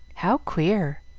how queer!